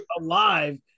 alive